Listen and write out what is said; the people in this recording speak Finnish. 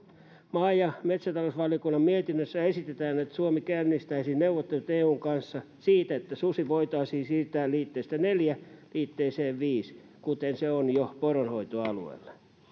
maa ja metsätalousvaliokunnan mietinnössä esitetään että suomi käynnistäisi neuvottelut eun kanssa siitä että susi voitaisiin siirtää liitteestä neljään liitteeseen v kuten se on jo poronhoitoalueella